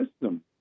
system